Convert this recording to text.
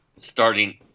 starting